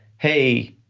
hey,